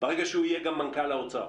ברגע שהוא יהיה גם מנכ"ל האוצר.